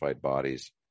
bodies